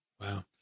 Wow